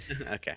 Okay